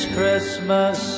Christmas